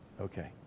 Okay